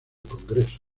congreso